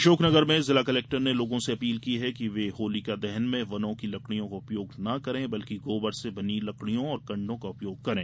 अशोकनगर में जिला कलेक्टर ने लोगों से अपील की है कि वे होलिका दहन में वनों की लकड़ियां का उपयोग न करें बल्कि गोबर से बनी लकड़ियों और कंडो का उपयोग करें